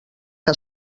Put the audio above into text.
que